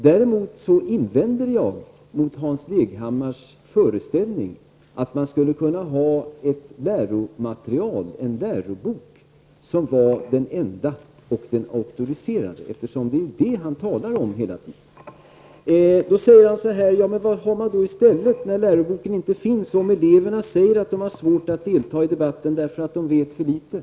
Däremot invänder jag mot Hans Leghammars föreställning att man skulle kunna ha ett läromaterial, en lärobok, som skulle vara den enda och den auktoriserade. Han talar hela tiden om det. Han frågar vad man skall använda i stället när det inte finns någon sådan lärobok och eleverna säger att de har svårt att delta i debatten eftersom de vet för litet.